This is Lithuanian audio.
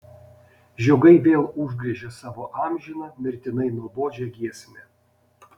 žiogai vėl užgriežė savo amžiną mirtinai nuobodžią giesmę